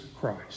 Christ